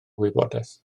wybodaeth